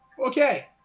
Okay